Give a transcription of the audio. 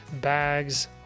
bags